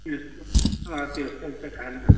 त्यस्तरी त अँ त्यस्तरी त खान्न